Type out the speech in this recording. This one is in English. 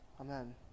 Amen